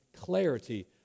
clarity